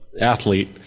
athlete